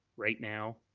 right now.